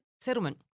settlement